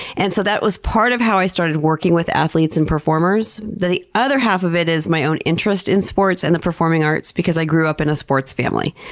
and so that was part of how i started working with athletes and performers. the the other half of it is my own interest in sports and the performing arts, because i grew up in a sports family.